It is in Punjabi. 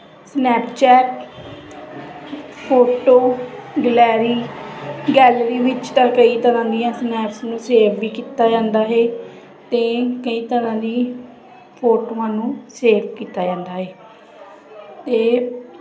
ਸਨੈਪਚੈਟ ਫੋਟੋ ਗਲੈਰੀ ਗੈਲਰੀ ਵਿੱਚ ਤਾਂ ਕਈ ਤਰ੍ਹਾਂ ਦੀਆਂ ਸਨੈਪਸ ਨੂੰ ਸੇਵ ਵੀ ਕੀਤਾ ਜਾਂਦਾ ਹੈ ਅਤੇ ਕਈ ਤਰ੍ਹਾਂ ਦੀ ਫੋਟੋਆਂ ਨੂੰ ਸੇਵ ਕੀਤਾ ਜਾਂਦਾ ਹੈ ਅਤੇ